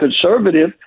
conservative